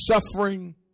suffering